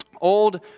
old